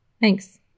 Thanks